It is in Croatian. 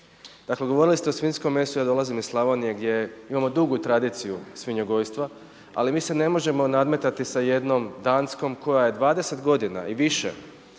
Dakle govorili ste o svinjskom mesu, ja dolazim iz Slavonije gdje imamo dugu tradiciju svinjogojstva, ali mi se n e možemo nadmetati sa jednom Danskom koja je 20 godina i više